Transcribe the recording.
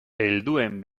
helduen